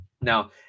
Now